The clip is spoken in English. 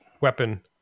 weapon